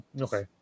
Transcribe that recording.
Okay